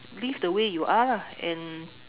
live the way you are lah and